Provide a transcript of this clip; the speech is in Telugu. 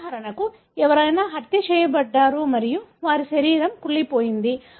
ఉదాహరణకు ఎవరైనా హత్య చేయబడ్డారు మరియు వారి శరీరం కుళ్ళిపోయింది